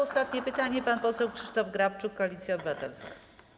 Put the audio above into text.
Ostatnie pytanie zada pan poseł Krzysztof Grabczuk, Koalicja Obywatelska.